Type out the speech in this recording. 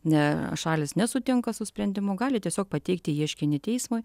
ne šalys nesutinka su sprendimu gali tiesiog pateikti ieškinį teismui